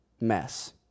mess